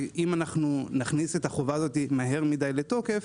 שאם אנו נכניס את החובה הזו מהר מדי לתוקף,